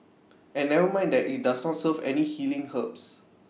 and never mind that IT does not serve any healing herbs